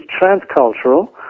transcultural